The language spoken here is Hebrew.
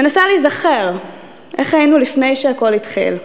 מנסה להיזכר איך היינו לפני שהכול התחיל,